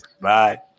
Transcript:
Bye